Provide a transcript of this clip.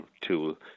tool